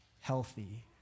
healthy